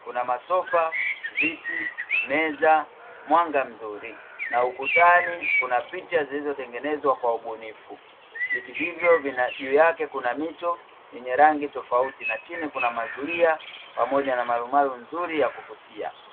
kuna masofa, viti, meza, mwanga mzuri na ukutani kuna picha zilizotengenezwa kwa ubunifu. Viti hivyo juu yake kuna mito yenye rangi tofauti na chini kuna mazulia pamoja na marumaru nzuri ya kuvutia.